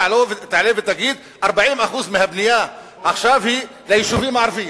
תעלה ותגיד: 40% מהבנייה עכשיו היא ליישובים הערביים.